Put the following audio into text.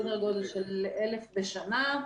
כ-1,000 בשנה.